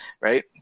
Right